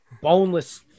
boneless